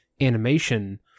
animation